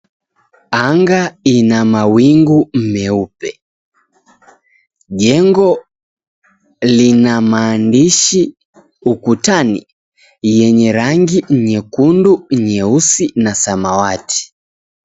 Anga ina mawingu meupe. Jengo lina maandishi ukutani yenye rangi nyekundu, nyeusi na samawati.